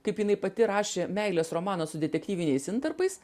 kaip jinai pati rašė meilės romaną su detektyviniais intarpais